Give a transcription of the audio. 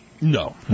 No